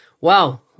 Wow